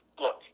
Look